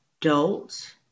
adult